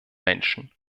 menschen